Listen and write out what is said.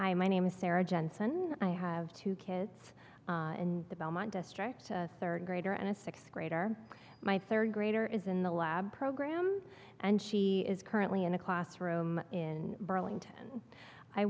you i my name is sarah jensen i have two kids in the belmont district a third grader and a sixth grader my third grader is in the lab program and she is currently in a classroom in burlington i